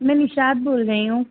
میں نشاط بول رہی ہوں